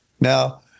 Now